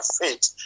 faith